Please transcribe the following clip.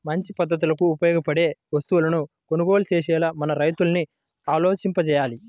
మంచి పద్ధతులకు ఉపయోగపడే వస్తువులను కొనుగోలు చేసేలా మన రైతుల్ని ఆలోచింపచెయ్యాలి